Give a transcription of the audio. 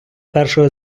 першого